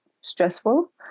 stressful